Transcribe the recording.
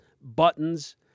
buttons